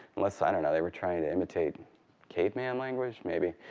unless and and they were trying to imitate caveman language maybe.